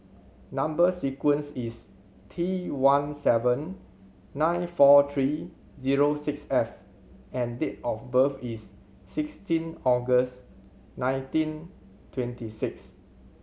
number sequence is T one seven nine four three zero six F and date of birth is sixteen August nineteen twenty six